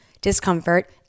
discomfort